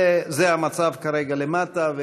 זה המצב כרגע למטה,